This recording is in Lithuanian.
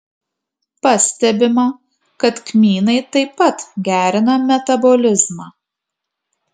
pastebima kad kmynai taip pat gerina metabolizmą